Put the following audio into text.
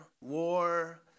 war